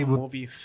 movie